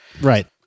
Right